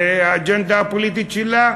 הרי האג'נדה הפוליטית שלה,